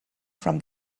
from